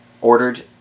ordered